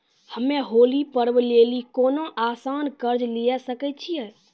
हम्मय होली पर्व लेली कोनो आसान कर्ज लिये सकय छियै?